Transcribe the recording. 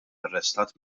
arrestat